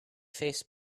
face